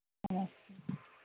अच्छा